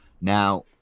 Now